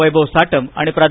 वैभव साटम आणि प्रा